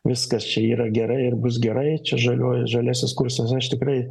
viskas čia yra gera ir bus gerai čia žaliuoja žaliasis kursas aš tikrai